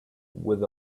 with